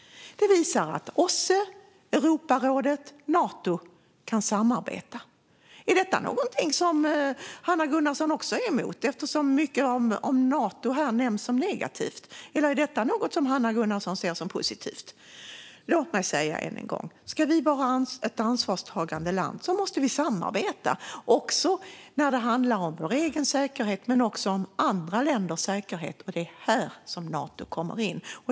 Detta visar att OSSE, Europarådet och Nato kan samarbeta. Är detta någonting som Hanna Gunnarsson också är emot, eftersom mycket om Nato här nämns som negativt, eller är detta något som Hanna Gunnarsson ser som positivt? Låt mig säga än en gång: Ska vi vara ett ansvarstagande land måste vi samarbeta både när det handlar om vår egen säkerhet och när det gäller andra länders säkerhet, och det är här som Nato kommer in.